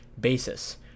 basis